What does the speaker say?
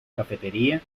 cafetería